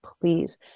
please